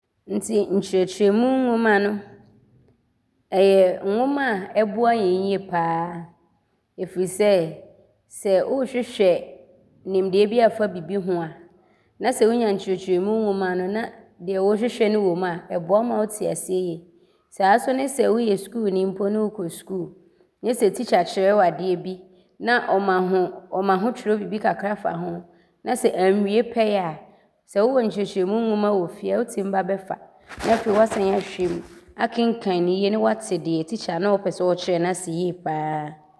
Nti nkyerɛkyerɛmu nwoma no yɛ nwoma a ɔboa yɛ yie pa ara firi sɛ, sɛ woohwehwɛ nimdeɛ bi aafa bibi ho a, na sɛ wonya nkyerɛkyermu nwoma no ne deɛ woohwehwɛ no wɔ mu a ɔboa ma wote aseɛ yie. Saa so ne sɛ woyɛ sukuuni mpo ne sɛ wokɔ sukuu ne tikya kyerɛ wo adeɛ bi na ɔma hotwerɛ bibi kakra fa ho na sɛ anwie pɛyɛ a, sɛ wowɔ nkyerɛkyerɛmu nwoma wɔ fie a, wotim ba bɛfa ne afei woatim ahwehwɛm akenkan ne yie ne woate deɛ tikya ne ɔpɛ sɛ ɔkyerɛ ne ase yie pa ara.